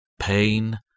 Pain